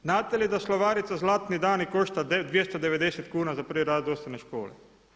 Znate li da slovarica „Zlatni dani“ košta 290 kuna za prvi razred osnovne škole.